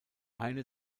eine